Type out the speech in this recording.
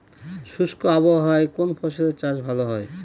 শুষ্ক আবহাওয়ায় কোন ফসলের চাষ ভালো হয়?